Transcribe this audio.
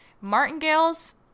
Martingales